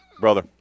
Brother